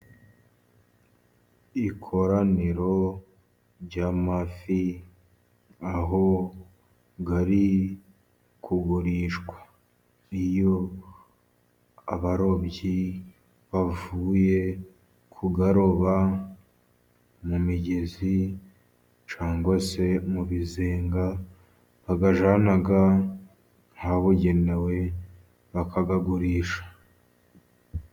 Ikoraniro ry'amafi aho ari kugurishwa, iyo abarobyi bavuye kuyaroba mu migezi cyangwa se mu bizenga, bayajyana ahabugenewe bakayagurisha.